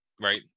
right